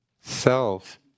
Self